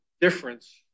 difference